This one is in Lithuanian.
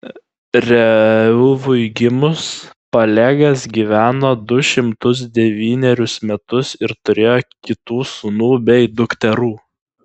reuvui gimus pelegas gyveno du šimtus devynerius metus ir turėjo kitų sūnų bei dukterų